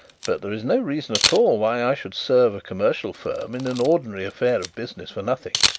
but there is no reason at all why i should serve a commercial firm in an ordinary affair of business for nothing.